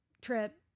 trip